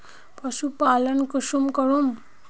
पशुपालन कुंसम करूम?